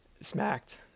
smacked